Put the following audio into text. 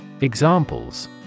Examples